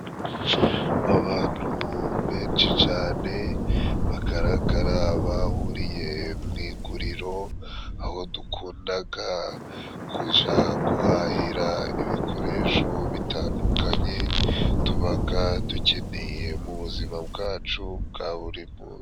Abantu benshi cyane bagaragara bahuriye mw'iguriro, aho dukunda kujya guhahira ibikoresho bitandukanye tuba dukeneye, mu buzima bwacu bwa buri munsi.